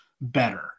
better